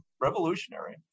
revolutionary